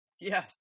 Yes